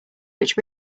which